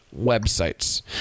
websites